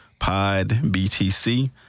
Podbtc